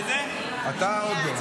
אמרתי, אמרתי.